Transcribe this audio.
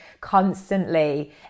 constantly